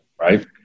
right